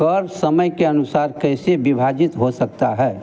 कर समय के अनुसार कैसे विभाजित हो सकता है